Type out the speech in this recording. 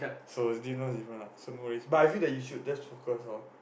so so no worries but I feel that you should just focus lor